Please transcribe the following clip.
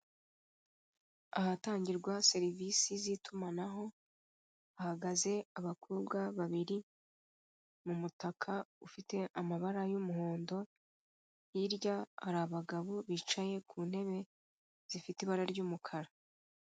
Ahatangirwa serivisi z'itumanaho, hahagaze abakobwa babiri mu mutaka ufite amabara y'umuhondo, hirya hari abagabo bicaye ku ntebe zifite ibara ry'umukara.